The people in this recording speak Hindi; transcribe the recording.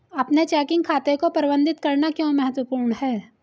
अपने चेकिंग खाते को प्रबंधित करना क्यों महत्वपूर्ण है?